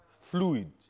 Fluid